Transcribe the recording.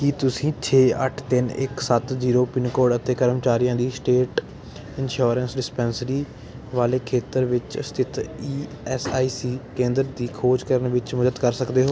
ਕੀ ਤੁਸੀਂ ਛੇ ਅੱਠ ਤਿੰਨ ਇੱਕ ਸੱਤ ਜੀਰੋ ਪਿੰਨ ਕੋਡ ਅਤੇ ਕਰਮਚਾਰੀਆਂ ਦੀ ਸਟੇਟ ਇੰਸ਼ਯੁਰੇਂਸ ਡਿਸਪੈਂਸਰੀ ਵਾਲੇ ਖੇਤਰ ਵਿੱਚ ਸਥਿਤ ਈ ਐੱਸ ਆਈ ਸੀ ਕੇਂਦਰ ਦੀ ਖੋਜ ਕਰਨ ਵਿੱਚ ਮਦਦ ਕਰ ਸਕਦੇ ਹੋ